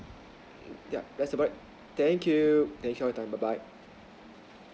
yup that's about it thank you thanks for your time bye bye